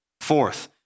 Fourth